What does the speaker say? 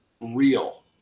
real